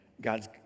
God's